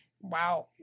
Wow